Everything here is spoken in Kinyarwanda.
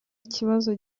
ikibazo